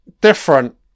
different